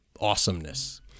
awesomeness